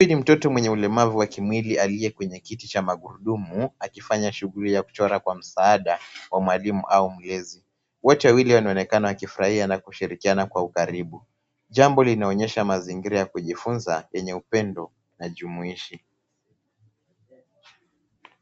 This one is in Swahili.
Huyu ni mtoto mwenye ulemavu wa kimwili aliyekwenye kiti cha magurudumu akifanya shughuli ya kuchora kwa msaada wa mwalimu au mlezi. Wote wawili wanaonekana wanaonekana wakifurahia na kushirikiana kwa ukaribu jambo linaonyesha mazingira ya kujifunza yenye upendo na jumuishi.